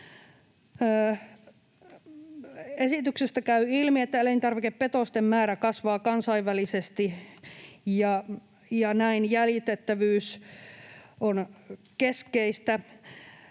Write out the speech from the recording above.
Esityksestä käy ilmi, että elintarvikepetosten määrä kasvaa kansainvälisesti, ja näin jäljitettävyys on keskeistä.